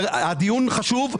הדיון חשוב.